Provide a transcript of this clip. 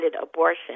abortion